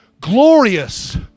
glorious